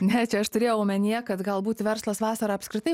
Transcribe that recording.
ne čia aš turėjau omenyje kad galbūt verslas vasarą apskritai